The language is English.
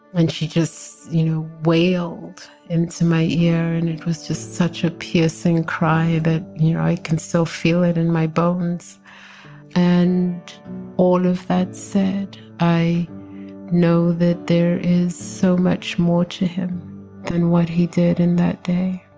and she just, you know, wailed into my ear. and it was just such a piercing cry that you know i can so feel it in my bones and all of that said, i know that there is so much more to him than what he did in that day